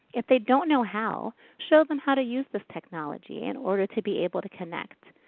if they don't know how, show them how to use this technology in order to be able to connect.